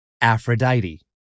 Aphrodite